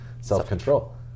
self-control